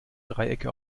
dreiecke